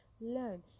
Learn